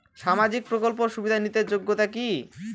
সামাজিক প্রকল্প সুবিধা নিতে যোগ্যতা কি?